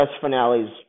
finales